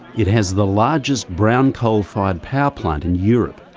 it has the largest brown coal fired power plant in europe,